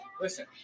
Listen